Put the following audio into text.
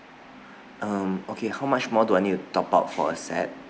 um okay how much more do I need to top up for a set